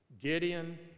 Gideon